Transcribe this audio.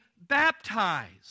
baptized